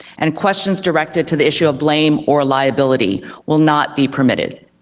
and questions directed to the issue of blame or liability will not be permitted.